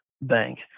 bank